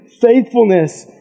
faithfulness